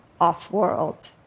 off-world